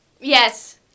Yes